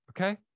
Okay